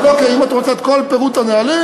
אם את רוצה את כל פירוט הנהלים,